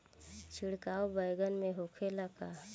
छिड़काव बैगन में होखे ला का?